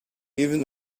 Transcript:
even